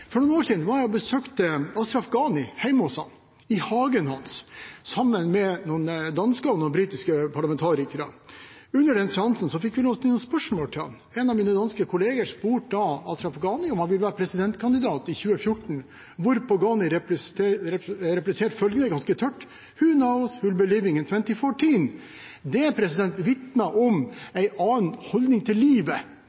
For noen år siden var jeg og besøkte Ashraf Ghani – hjemme hos ham i hagen hans – sammen med noen danske og britiske parlamentarikere. Under den seansen fikk vi lov til å stille noen spørsmål til ham. En av mine danske kolleger spurte da Ashraf Ghani om han ville være presidentkandidat i 2014, hvorpå Ghani repliserte følgende ganske tørt: Who knows we’ll be living in 2014? Det vitner om